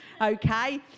Okay